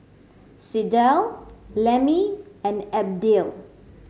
Sydell Lemmie and Abdiel